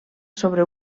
sobre